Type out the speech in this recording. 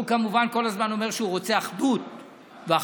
שהוא כמובן כל הזמן אומר שהוא רוצה אחדות ואחדות,